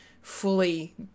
fully